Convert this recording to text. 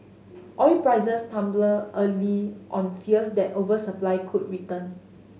oil prices tumbled early on fears that oversupply could return